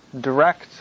direct